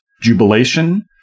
jubilation